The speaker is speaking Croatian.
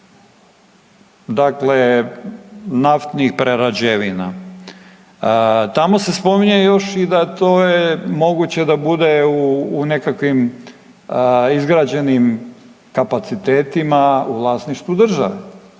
dakle naftnih prerađevina. Tamo se spominje još i da to je moguće da bude u nekakvim izgrađenim kapacitetima u vlasništvu države.